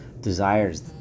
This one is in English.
desires